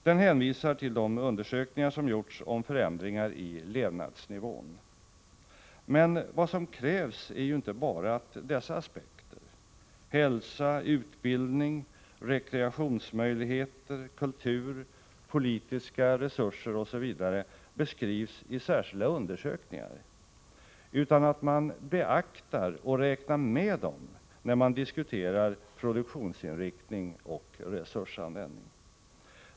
Den hänvisar till de undersökningar som gjorts om förändringar i levnadsnivån. Men vad som krävs är ju inte bara att dessa aspekter — hälsa, utbildning, rekreationsmöjligheter, kultur, politiska resurser osv. — beskrivs i särskilda undersökningar, utan att man beaktar och räknar med dem när man diskuterar produktionsinriktning och resursanvändning.